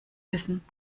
wissen